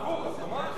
הפוך, אז תאמר כך.